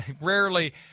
rarely